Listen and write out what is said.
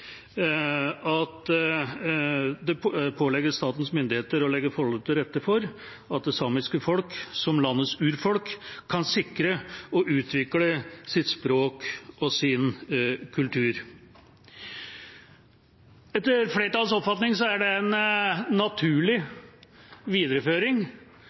at det påligger statens myndigheter å legge forholdene til rette for at det samiske folk, som landets urfolk, kan sikre og utvikle sitt språk og sin kultur. Etter flertallets oppfatning er det en naturlig videreføring